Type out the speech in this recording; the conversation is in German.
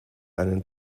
einen